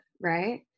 right